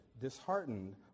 disheartened